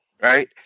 Right